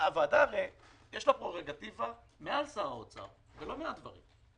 לוועדה יש פררוגטיבה מעל שר האוצר בלא מעט דברים.